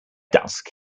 dusk